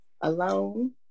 alone